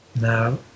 Now